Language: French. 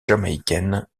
jamaïcaine